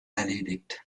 erledigt